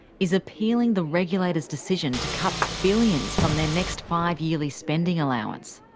is appealing the regulator's decision to cut billions from their next five-yearly spending allowance.